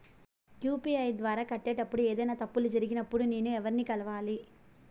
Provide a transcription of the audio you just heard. UPI ద్వారా కట్టేటప్పుడు ఏదైనా తప్పులు జరిగినప్పుడు నేను ఎవర్ని కలవాలి?